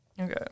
Okay